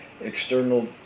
external